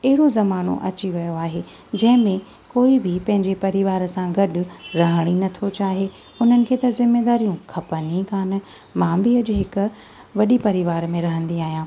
एॾो ज़मानो अची रहियो आहे जंहिंमें कोई बि पंहिंजे परिवार सां गॾु रहण ई नथो चाहे हुननि खे त जिम्मेदारियूं खपनि ई कोन्ह मां बि अॼु हिकु वॾी परिवार में रहंदी आहियां